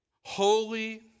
Holy